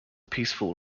peaceful